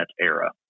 era